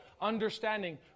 understanding